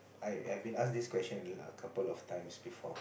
I I been asked this question a couple of times before